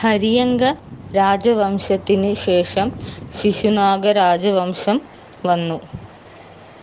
ഹരിയങ്ക രാജവംശത്തിന് ശേഷം ശിശുനാഗ രാജവംശം വന്നു